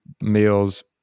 meals